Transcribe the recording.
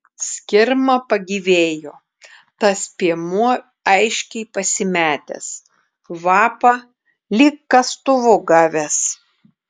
skirma pagyvėjo tas piemuo aiškiai pasimetęs vapa lyg kastuvu gavęs